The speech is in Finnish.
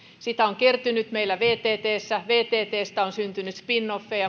sitä on kertynyt meillä vttssä vttstä on syntynyt spin offeja